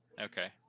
Okay